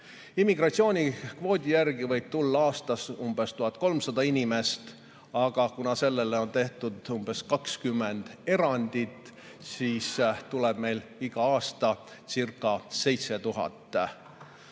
Immigratsioonikvoodi järgi võib siia aastas tulla umbes 1300 inimest, aga kuna sellele on tehtud umbes 20 erandit, siis tuleb meil iga aastacirca7000